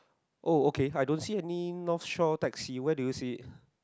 oh okay I don't see any North shore taxi where do you see it